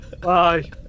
Bye